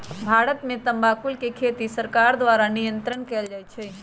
भारत में तमाकुल के खेती सरकार द्वारा नियन्त्रण कएल जाइ छइ